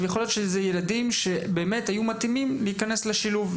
יכול להיות שאלו ילדים שהיו מתאימים להיכנס לשילוב.